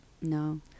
no